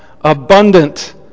abundant